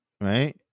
right